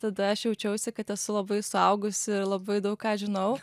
tada aš jaučiausi kad esu labai suaugusi ir labai daug ką žinau